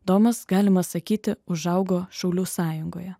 domas galima sakyti užaugo šaulių sąjungoje